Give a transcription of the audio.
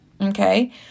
Okay